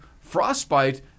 frostbite